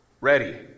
ready